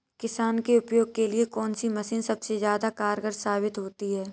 किसान के उपयोग के लिए कौन सी मशीन सबसे ज्यादा कारगर साबित होती है?